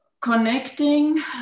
connecting